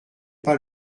pas